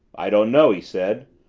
i don't know, he said.